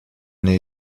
année